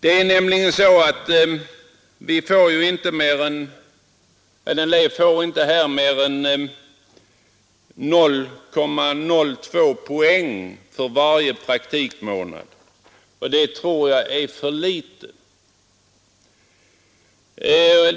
En elev får nämligen inte mer än 0,02 poäng för varje praktikmånad, och det tror jag är för litet.